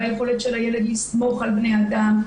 ביכולת של הילד לסמוך על בני אדם.